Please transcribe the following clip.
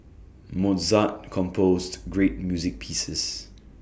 Mozart composed great music pieces